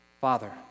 Father